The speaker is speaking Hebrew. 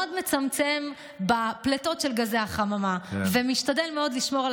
מצמצם בפליטות של גזי החממה ומשתדל מאוד לשמור על